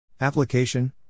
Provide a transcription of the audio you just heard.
Application